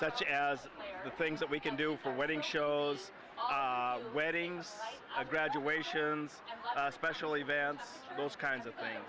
such as the things that we can do for wedding show weddings a graduation especially vans those kinds of things